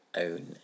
own